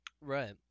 right